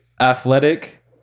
athletic